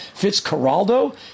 Fitzcarraldo